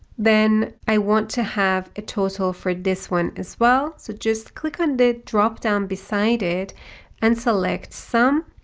then i want to have a total for this one as well. so just click on the dropdown beside it and select sum.